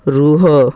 ରୁହ